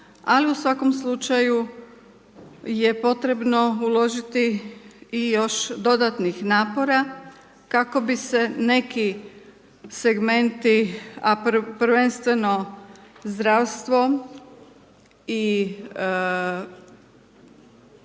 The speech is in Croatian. ali u svakom slučaju je potrebno uložiti i još dodatnih napora kako bi se neki segmenti a prvenstveno zdravstvo i naši